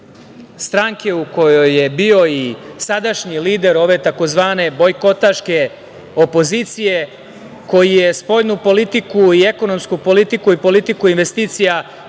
stranke u kojoj je bio i sadašnji lider ove tzv. bojkotaške opozicije, koji je spoljnu politiku i ekonomsku politiku investicija